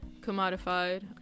commodified